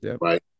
right